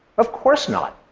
of course not.